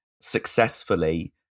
successfully